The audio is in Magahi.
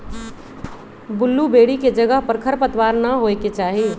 बुल्लुबेरी के जगह पर खरपतवार न होए के चाहि